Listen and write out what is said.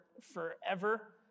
forever